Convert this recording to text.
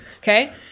Okay